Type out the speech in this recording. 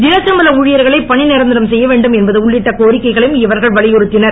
தினச்சம்பள ஊழியர்களை பணிநிரந்தரம் செய்ய வேண்டும் என்பது உள்ளிட்ட கோரிக்கைகளையும் இவர்கள் வலியுறுத்தினர்